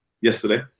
yesterday